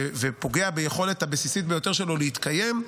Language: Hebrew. ופוגע ביכולת הבסיסית ביותר שלו להתקיים,